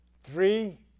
three